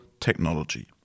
technology